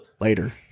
later